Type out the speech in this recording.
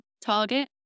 target